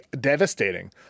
devastating